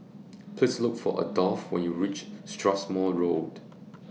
Please Look For Adolf when YOU REACH Strathmore Road